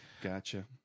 Gotcha